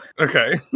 okay